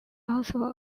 also